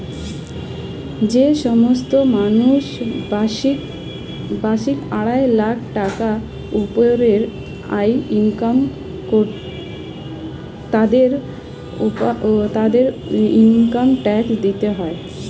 যে সমস্ত মানুষ বার্ষিক আড়াই লাখ টাকার উপরে আয় করে তাদেরকে ইনকাম ট্যাক্স দিতে হয়